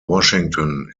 washington